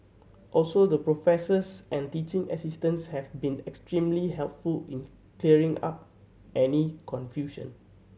also the professors and teaching assistants have been extremely helpful in clearing up any confusion